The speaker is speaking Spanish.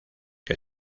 que